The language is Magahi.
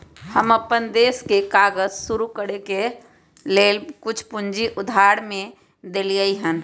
हम अप्पन दोस के काज शुरू करए के लेल कुछ पूजी उधार में देलियइ हन